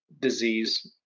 disease